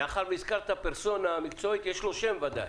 שהזכרת פרסונה מקצועית, יש לו שם בוודאי.